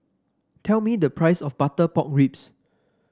tell me the price of Butter Pork Ribs